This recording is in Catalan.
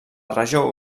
regió